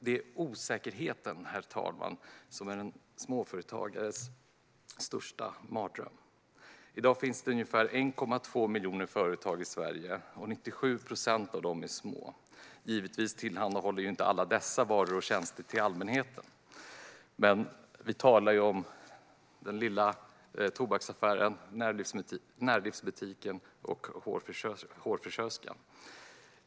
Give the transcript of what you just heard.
Det är osäkerheten, herr talman, som är en småföretagares största mardröm. I dag finns det ungefär 1,2 miljoner företag i Sverige. Av dem är 97 procent småföretag. Givetvis tillhandahåller inte alla dessa varor och tjänster till allmänheten, men vi talar om den lilla tobaksaffären, närbutiken och hårfrisörskan.